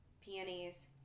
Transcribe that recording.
Peonies